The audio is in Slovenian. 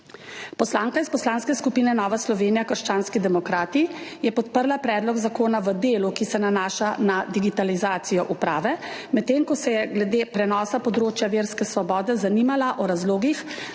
Poslanka iz Poslanske skupine Nova Slovenija – krščanski demokrati je podprla predlog zakona v delu, ki se nanaša na digitalizacijo uprave, medtem ko se je glede prenosa področja verske svobode zanimala o razlogih